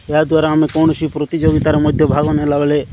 ଏହା ଦ୍ଵାରା ଆମ କୌଣସି ପ୍ରତିଯୋଗିତାରେ ମଧ୍ୟ ଭାଗ ନେଲାବେଳେ